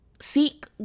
seek